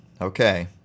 Okay